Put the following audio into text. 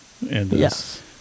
Yes